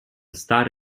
star